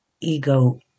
ego